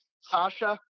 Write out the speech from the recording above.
Sasha